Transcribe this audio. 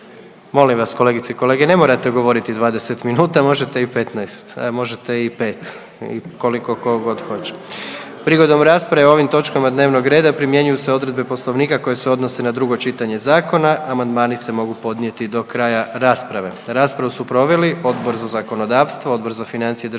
Molim vas kolegice i kolege, ne morate govoriti 20 minuta, možete i 15, a možete i 5 i koliko ko god hoće. Prigodom rasprave o ovim točkama dnevnog reda primjenjuju se odredbe poslovnika koje se odnose na drugo čitanje zakona. Amandmani se mogu podnijeti do kraja rasprave. Raspravu su proveli Odbor za zakonodavstvo, Odbor za financije i državni